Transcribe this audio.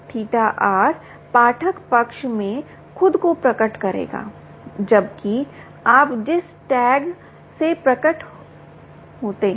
θTθR पाठक पक्ष में खुद को प्रकट करेगा जबकि आप जिस टैग टैग से प्रकट होते हैं